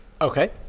Okay